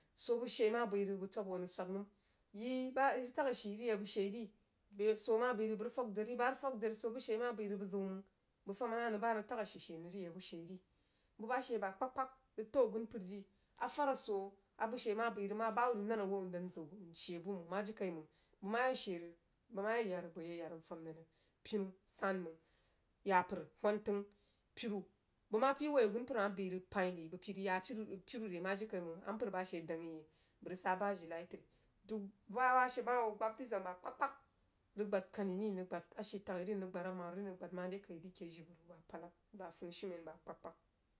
Swoh buh shei mah bəi rig bəg twab hwo nəng swag nəm yi bah ayi rig tag shii rig yah bəg shei ri bəg swoh mah bəi rig yi rig fag dori ri bah rig fag dori swoh mah bəi rig bəg ziu mang bəg feh nah nəng bah a nəng tag ashii she nəng rig yag bəg sheí ri buh bah she abakpig-kpag rig təu agunpər ri afar soo a buh shei mah bəi rig mah bah hubbi rig nen awou n ziu nshei buh mang mah jirikaimang jəg mah ya shei rig bəg mah ye ya rig bəg ye yarig nfam nang rig pinu san mang yapər hwan təng piru bəg mah pəi woi agunpər mah bəi rig pəin yi bəg pəi rig yaa pinu re mah jirikai mang a npər bah she dang yi bəg rig sah bah ajilai tri dug buh bah she bəg mah ho gbib dri zang aba kpag-kpag rig gbad kani ri mrig gbid ashii taghi ri mrig gbad amari ri mrig gbad mare kai ri ke jibə ro abapad lag bəg funishumen abɛ kpag-kpag.